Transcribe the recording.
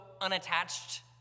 unattached